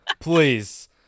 Please